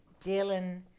Dylan